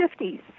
50s